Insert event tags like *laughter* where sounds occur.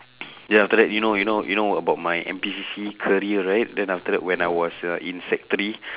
*noise* then after that you know you know you know about my N_P_C_C career right then after that when I was uh in sec three *breath*